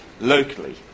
locally